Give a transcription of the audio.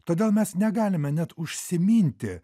todėl mes negalime net užsiminti